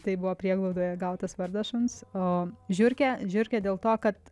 tai buvo prieglaudoje gautas vardas šuns o žiurkė žiurkė dėl to kad